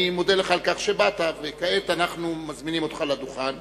אני מודה לך על שבאת, וכעת אני מזמין אותך לדוכן